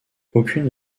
aucune